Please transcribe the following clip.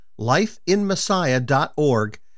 lifeinmessiah.org